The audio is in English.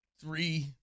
three